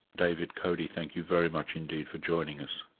david cody thank you very much indeed for joining us.